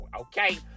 okay